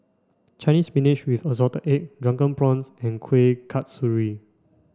Chinese spinach with assorted eggs drunken prawns and Kuih Kasturi